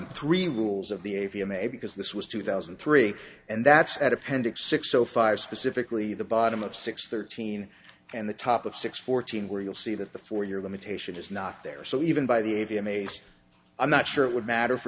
and three rules of the a v m a because this was two thousand and three and that's at appendix six zero five specifically the bottom of six thirteen and the top of six fourteen where you'll see that the four your limitation is not there so even by the a v amazed i'm not sure it would matter for